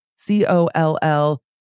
C-O-L-L